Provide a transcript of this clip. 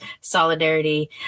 solidarity